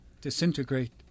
Disintegrate